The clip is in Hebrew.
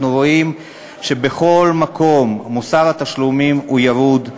אנחנו רואים שבכל מקום מוסר התשלומים הוא ירוד,